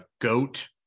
goat